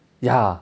ya